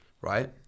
right